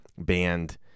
band